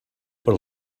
per